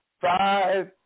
five